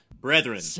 Brethren